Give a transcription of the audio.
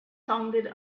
sounded